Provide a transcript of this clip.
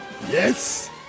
Yes